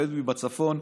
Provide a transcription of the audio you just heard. הבדואי בצפון,